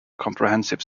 comprehensive